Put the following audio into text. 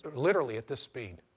literally at this speed.